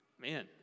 man